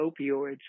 opioids